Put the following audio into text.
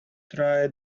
try